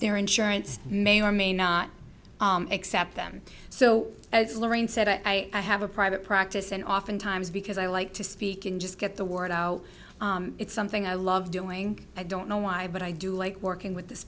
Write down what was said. their insurance may or may not accept them so it's lorraine said i have a private practice and oftentimes because i like to speak in just get the word oh it's something i love doing i don't know why but i do like working with this